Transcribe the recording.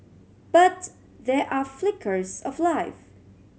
but there are flickers of life